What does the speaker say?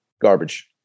garbage